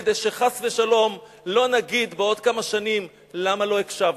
כדי שחס ושלום לא נגיד בעוד כמה שנים: למה לא הקשבנו.